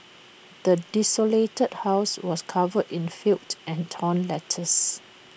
the desolated house was covered in filth and torn letters